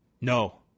No